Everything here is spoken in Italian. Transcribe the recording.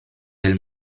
del